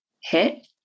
hit